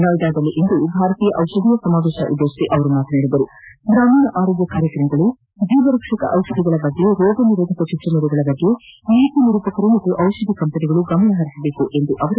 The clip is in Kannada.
ನೋಯ್ದಾದಲ್ಲಿಂದು ಭಾರತೀಯ ಔಷಧೀಯ ಸಮಾವೇಶ ಉದ್ದೇಶಿಸಿ ಅವರು ಮಾತನಾದಿ ಗ್ರಾಮೀಣ ಆರೋಗ್ಯ ಕಾರ್ಯಕ್ರಮಗಳು ಜೀವರಕ್ಷಕ ಔಷಧಿಗಳ ಬಗ್ಗೆ ರೋಗ ನಿರೋಧಕ ಚುಚ್ಚುಮದ್ದುಗಳ ಬಗ್ಗೆ ನೀತಿ ನಿರೂಪಕರು ಹಾಗೂ ಔಷಧಿ ಕಂಪನಿಗಳು ಗಮನಹರಿಸಬೇಕು ಎಂದರು